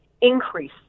increase